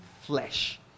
flesh